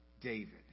David